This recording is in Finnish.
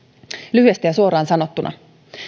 lyhyesti ja suoraan sanottuna